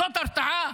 זאת הרתעה?